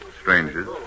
Strangers